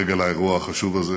לרגל האירוע החשוב הזה.